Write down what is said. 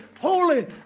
holy